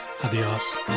Adios